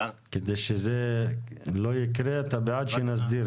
כדי שזה לא יקרה, אתה בעד שנסדיר את זה.